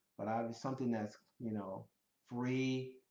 but something that's you know free.